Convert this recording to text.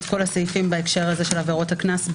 כל הסעיפים בהקשר הזה של עבירות הקנס,